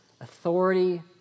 authority